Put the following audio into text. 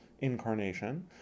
incarnation